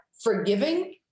forgiving